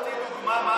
נתתי דוגמה מה אנשים,